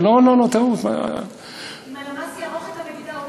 אם הלמ"ס יערוך את המדידה,